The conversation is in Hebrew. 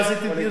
תודה.